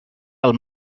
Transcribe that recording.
del